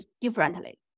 differently